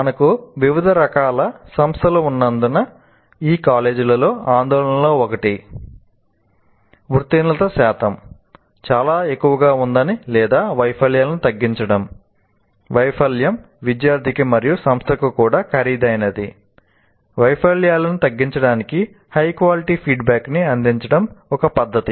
మనకు వివిధ రకాల సంస్థలు ఉన్నందున ఈ కాలేజీలలో ఆందోళనలలో ఒకటి ఉత్తీర్ణత శాతం చాలా ఎక్కువగా ఉందని లేదా వైఫల్యాలను తగ్గించడం వైఫల్యాలను తగ్గించడానికి హై క్వాలిటీ ఫీడ్ బ్యాక్ న్ని అందించడం ఒక పద్ధతి